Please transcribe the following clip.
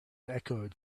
echoed